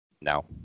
now